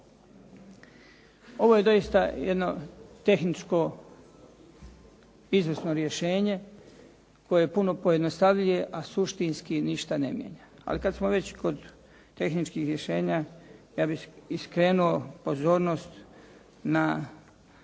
Ovo je doista jedno tehničko izvrsno rješenje koje puno pojednostavljuje, a suštinski ništa ne mijenja. Ali kad smo već kod tehničkih rješenja ja bih i skrenuo pozornost na